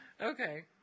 Okay